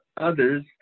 others